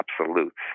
absolutes